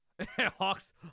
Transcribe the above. Hawks